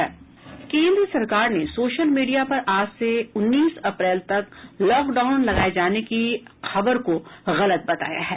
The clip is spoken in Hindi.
केन्द्र सरकार ने सोशल मीडिया पर आज से उन्नीस अप्रैल तक लॉकडाउन लगाये जाने की खबर को गलत बताया है